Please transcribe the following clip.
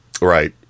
Right